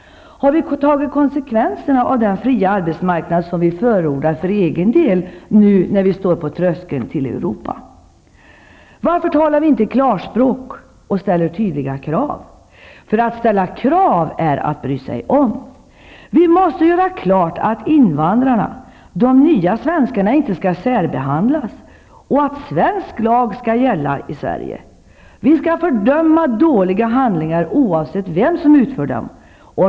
Varför talar vi inte klarspråk och ställer tydliga krav? Att ställa krav är att bry sig om. Vi måste göra klart att invandrarna -- de nya svenskarna -- inte skall särbehandlas och att svensk lag skall gälla i Sverige. Vi skall fördöma dåliga handlingar, oavsett vem som utför dem.